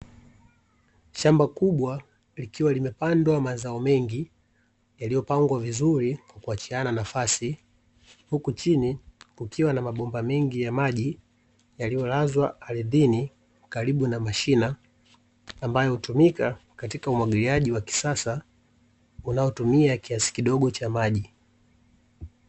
Shamba kubwa likiwa limepandwa mazao mengi yaliyo pangwa vizuri kwa kuachiana nafasi, huku chini kukiwa na mabomba mengi ya maji yaliyo lazwa ardhini karibu na mashina, ambayo hutumika katika umwagiliaji wa kisasa unaotumia kiasi kidogo cha maji.